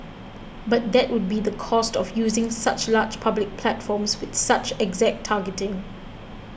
but that would be the cost of using such large public platforms with such exact targeting